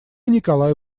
николай